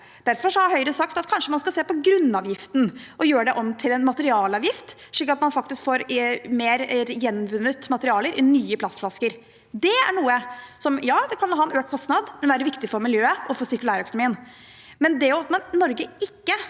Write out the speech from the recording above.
Derfor har Høyre sagt at man kanskje skal se på grunnavgiften, å gjøre den om til en materialavgift, slik at man får mer gjenvunne materialer i nye plastflasker. Det kan ha en økt kostnad, men det vil være viktig for miljøet og for sirkulærøkonomien. Men det at Norge ikke